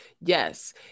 Yes